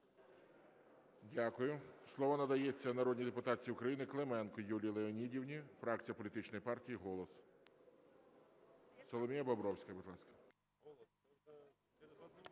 Дякую. Слово надається народній депутатці України Клименко Юлії Леонідівні, фракція політичної партії "Голос". Соломія Бобровська, будь ласка.